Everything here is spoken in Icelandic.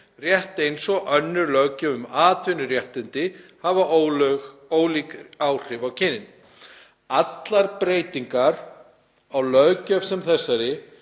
rétt eins og önnur löggjöf um atvinnuréttindi hafi ólík áhrif á kynin. Allar breytingar á löggjöf sem þessari,